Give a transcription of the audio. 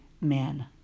men